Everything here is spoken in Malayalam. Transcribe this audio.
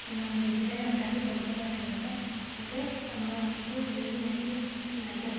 നം വീട്ടില് തന്നെ ഉണ്ടാക്കി കൊടുക്കുന്നൊക്കെയുണ്ട് അതൊക്കെ നമ്മള് വാങ്ങിച്ച് ഉപയോഗിക്കുന്നെ ആയിരിക്കും നല്ലത്